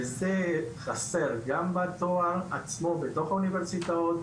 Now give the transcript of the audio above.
וזה חסר גם בתואר עצמו בתוך האוניברסיטאות,